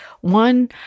One